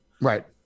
right